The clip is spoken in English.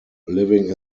living